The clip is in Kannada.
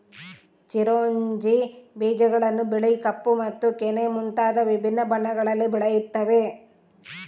ಚಿರೊಂಜಿ ಬೀಜಗಳನ್ನು ಬಿಳಿ ಕಪ್ಪು ಮತ್ತು ಕೆನೆ ಮುಂತಾದ ವಿಭಿನ್ನ ಬಣ್ಣಗಳಲ್ಲಿ ಬೆಳೆಯುತ್ತವೆ